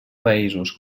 països